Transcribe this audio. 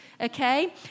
okay